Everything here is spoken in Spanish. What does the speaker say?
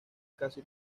casi